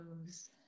moves